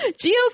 Geo